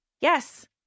Yes